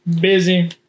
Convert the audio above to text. busy